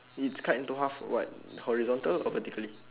it's cut into half of what horizontal or vertically